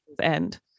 end